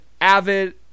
avid